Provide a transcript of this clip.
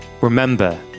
Remember